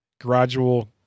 gradual